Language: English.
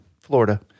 Florida